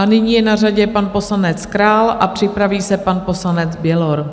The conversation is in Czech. Nyní je na řadě pan poslanec Král a připraví se pan poslanec Bělor.